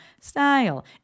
style